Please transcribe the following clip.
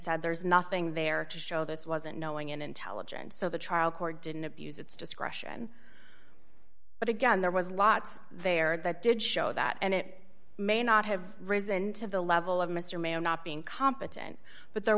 said there's nothing there to show this wasn't knowing in intelligence so the trial court didn't abuse its discretion but again there was lots there that did show that and it may not have risen to the level of mr mayor not being competent but there